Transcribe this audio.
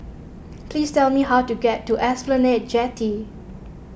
please tell me how to get to Esplanade Jetty